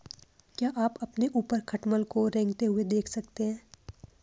क्या आप अपने ऊपर खटमल को रेंगते हुए देख सकते हैं?